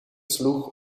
sloeg